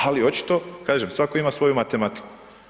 Ali očito, kažem svatko ima svoju matematiku.